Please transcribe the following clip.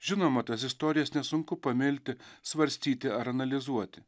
žinoma tas istorijas nesunku pamilti svarstyti ar analizuoti